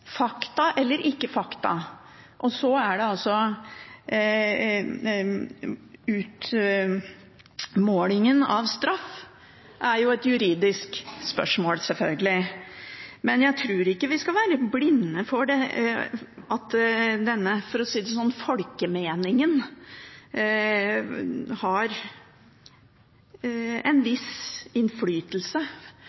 fakta eller ikke fakta, som skal ligge til grunn. Utmålingen av straff er selvfølgelig et juridisk spørsmål. Jeg tror ikke vi skal være blinde for at folkemeningen – for å si det sånn – har en